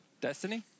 Destiny